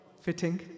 fitting